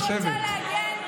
ואני רוצה להגן,